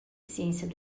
ciências